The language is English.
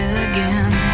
again